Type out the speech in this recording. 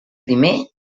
primer